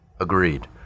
Agreed